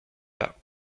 pas